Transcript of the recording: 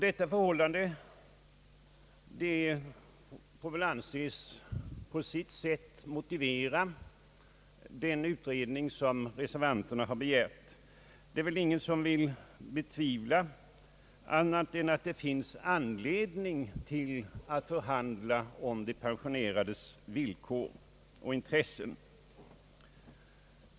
Detta förhållande får väl anses motivera den utredning som reservanterna har begärt. Jag tror inte någon betvivlar att det finns anledning att förhandla om de pensionerades villkor och intressen.